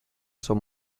son